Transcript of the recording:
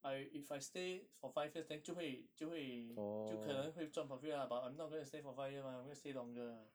I if I stay for five years then 就会就会就可能会赚 profit lah but I'm not going to stay for five year mah I'm going to stay longer